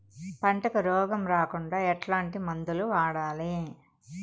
పంటకు రోగం రాకుండా ఎట్లాంటి మందులు వాడాలి?